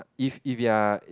if if you're